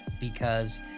because-